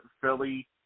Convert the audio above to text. Philly